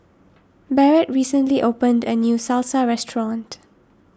Barrett recently opened a new Salsa restaurant